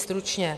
Stručně.